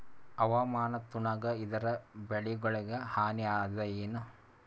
ಹವಾಮಾನ ತಣುಗ ಇದರ ಬೆಳೆಗೊಳಿಗ ಹಾನಿ ಅದಾಯೇನ?